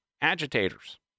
agitators